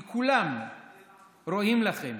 כי כולם רואים לכם